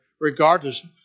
regardless